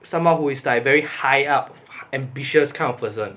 someone who is like very high up ambitious kind of person